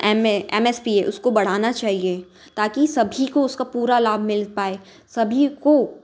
M A M S P है उसको बढ़ाना चाहिए ताकि सभी को उसका पूरा लाभ मिल पाए सभी को